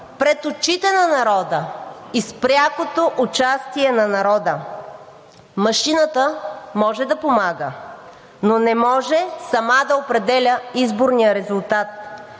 пред очите на народа и с прякото участие на народа. Машината може да помага, но не може сама да определя изборния резултат.